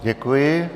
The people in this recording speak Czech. Děkuji.